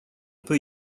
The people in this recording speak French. peut